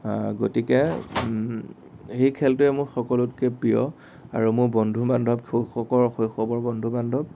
গতিকে সেই খেলটোৱে মোৰ সকলোতকে প্ৰিয় আৰু মোৰ বন্ধু বান্ধৱ শৈশৱৰ বন্ধু বান্ধৱ